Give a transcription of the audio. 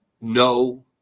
no